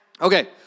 Okay